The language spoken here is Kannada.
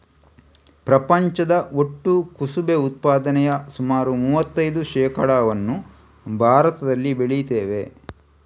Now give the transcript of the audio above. ಪ್ರಪಂಚದ ಒಟ್ಟು ಕುಸುಬೆ ಉತ್ಪಾದನೆಯ ಸುಮಾರು ಮೂವತ್ತೈದು ಶೇಕಡಾವನ್ನ ಭಾರತದಲ್ಲಿ ಬೆಳೀತೇವೆ